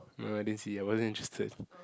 no I didn't see I wasn't interested